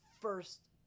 first